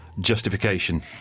justification